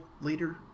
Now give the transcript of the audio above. later